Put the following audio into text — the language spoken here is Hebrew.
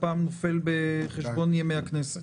הפעם נופל בחשבון ימי הכנסת.